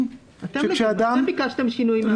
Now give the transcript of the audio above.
אתם ביקשתם שינוי.